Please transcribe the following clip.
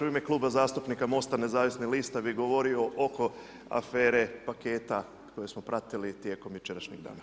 U ime Kluba zastupnika MOST-a nezavisnih lista bi govorio oko afere paketa koje smo pratili tijekom jučerašnjeg dana.